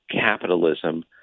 capitalism